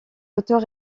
auteur